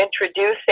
introducing